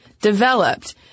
developed